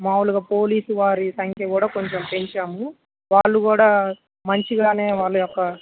మామూలుగా పోలీసు వారి సంఖ్య కూడా కొంచెం పెంచాము వాళ్ళు కూడా మంచిగానే వాళ్ళ యొక్క